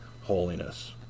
holiness